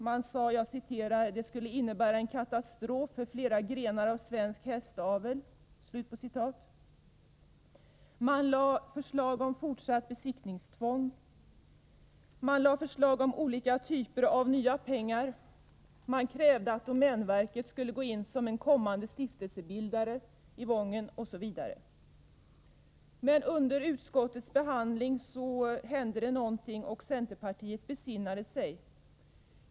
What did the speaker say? Man sade att det ”skulle innebära en katastrof för flera grenar av svensk hästavel”. Man lade förslag om fortsatt besiktningstvång, man lade förslag om olika sätt att föra in nya pengar, man krävde att domänverket skulle gå in som en kommande stiftelsebildare i Wången osv. Men under utskottets behandling hände det någonting, och centerpartiet besinnade sig.